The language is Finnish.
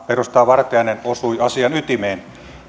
edustaja vartiainen osui asian ytimeen